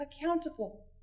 accountable